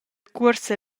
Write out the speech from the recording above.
cuorsa